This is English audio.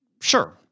sure